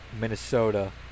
Minnesota